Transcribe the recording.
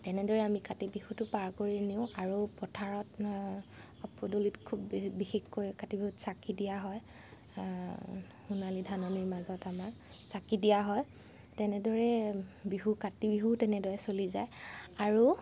এনেদৰে আমি কাতি বিহুটো পাৰ কৰি নিওঁ আৰু পথাৰত পদূলিত খুব বি বিশেষকৈ কাতি বিহুত চাকি দিয়া হয় সোণালী ধাননীৰ মাজত আমাৰ চাকি দিয়া হয় তেনেদৰে বিহু কাতি বিহুও তেনেদৰে চলি যায় আৰু